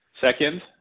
Second